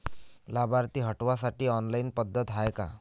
लाभार्थी हटवासाठी ऑनलाईन पद्धत हाय का?